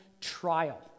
trial